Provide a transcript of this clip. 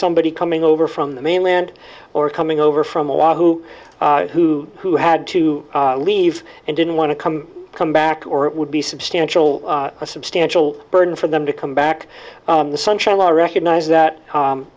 somebody coming over from the mainland or coming over from a lot who who who had to leave and didn't want to come come back or it would be substantial a substantial burden for them to come back in the sunshine law recognize that